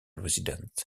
residents